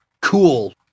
cool